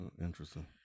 interesting